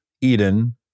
Eden